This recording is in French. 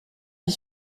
vit